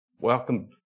Welcome